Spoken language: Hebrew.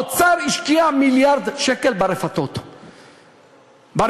האוצר השקיע מיליארד שקל ברפתות ברפורמה.